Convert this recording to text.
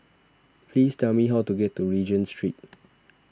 please tell me how to get to Regent Street